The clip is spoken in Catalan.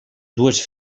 dues